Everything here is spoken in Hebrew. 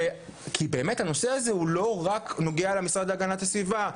כי באמת הנושא הזה הוא לא רק נוגע למשרד להגנת הסביבה,